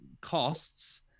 costs